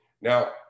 Now